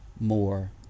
more